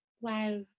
Wow